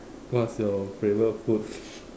what's your favorite food